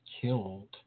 killed